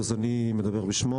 אז התוצאה של האינפלציה היא גידול